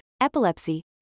epilepsy